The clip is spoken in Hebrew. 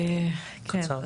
קצר.